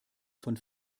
von